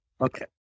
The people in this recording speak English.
Okay